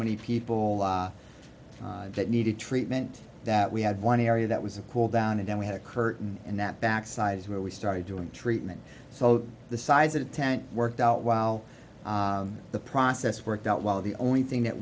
many people that needed treatment that we had one area that was a cool down and then we had a curtain and that backside is where we started doing treatment so the size of the tent worked out while the process worked out well the only thing that